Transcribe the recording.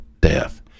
death